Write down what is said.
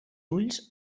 ulls